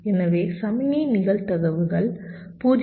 எனவே சமிக்ஞை நிகழ்தகவுகள் 0